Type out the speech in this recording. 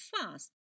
fast